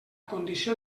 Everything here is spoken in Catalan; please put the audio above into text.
condició